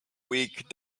weak